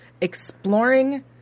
exploring